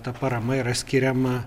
ta parama yra skiriama